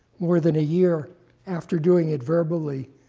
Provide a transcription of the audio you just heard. more than a year after doing it verbally,